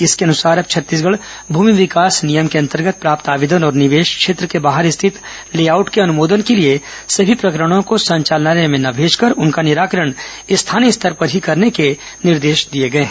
इसके अनुसार अब छत्तीसगढ़ भूभि विकास नियम के अंतर्गत प्राप्त आवेदन और निवेश क्षेत्र के बाहर स्थित लेआउट के अनुमोदन के लिए सभी प्रकरणों को संचालनालय में ना भेजकर उनका निराकरण स्थानीय स्तर पर ही करने के निर्देश दिए गए हैं